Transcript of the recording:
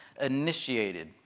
initiated